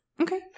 Okay